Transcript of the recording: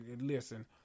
Listen